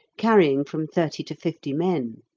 carrying from thirty to fifty men.